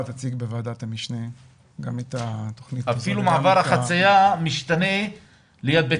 בהרבה מדינות בעולם אפילו מעבר החציה משתנה ליד בית